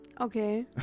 Okay